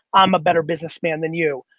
i'm a better businessman than you.